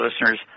listeners